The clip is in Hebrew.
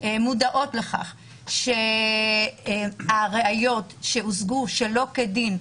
יהיו מודעות לכך שראיות שהושגו שלא כדין,